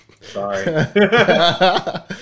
Sorry